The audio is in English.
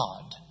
God